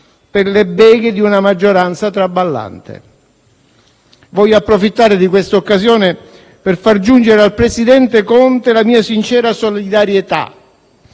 per le beghe di una maggioranza traballante. Voglio approfittare di questa occasione per far giungere al Presidente Conte la mia sincera solidarietà.